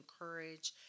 encourage